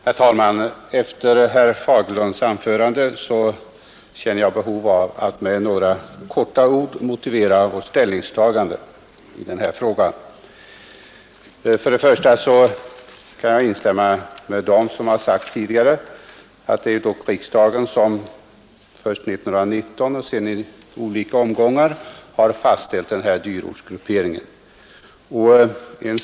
Herr talman! Efter herr Fagerlunds anförande känner jag behov av att med några korta ord motivera vårt ställningstagande i den här frågan. Jag kan instämma med dem som tidigare sagt att det är riksdagen som först 1919 och sedan i olika omgångar har fastställt dyrortsgrupperingen.